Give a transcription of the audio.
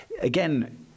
again